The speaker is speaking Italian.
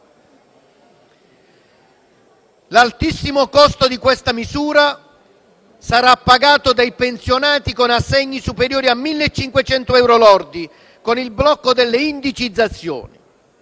L'altissimo costo di questa misura sarà pagato dai pensionati con assegni superiori a 1.500 euro lordi, con il blocco delle indicizzazioni,